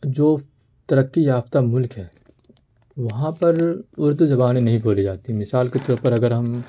جو ترقی یافتہ ملک ہے وہاں پر اردو زبانیں نہیں بولی جاتیں ہیں مثال کے طور پر اگر ہم